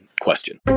question